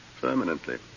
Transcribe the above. Permanently